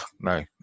No